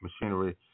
machinery